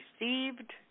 received